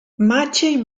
maciej